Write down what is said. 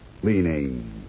cleaning